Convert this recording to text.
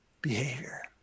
behavior